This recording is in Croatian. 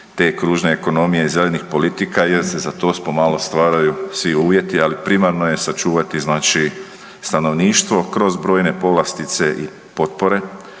te kružne ekonomije zelenih politika jer se za to pomalo stvaraju svi uvjeti. Ali primarno je sačuvati stanovništvo kroz brojne povlastice i potpore,